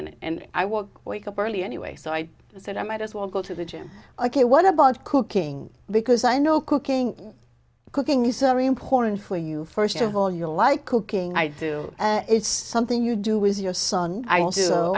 and i walk wake up early anyway so i said i might as well go to the gym ok what about cooking because i know cooking cooking you so very important when you first of all you like cooking i do it's something you do with your son i